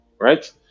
right